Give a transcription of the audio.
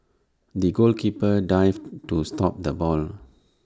the goalkeeper dived to stop the ball